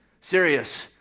Serious